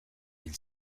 hil